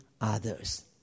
others